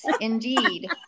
indeed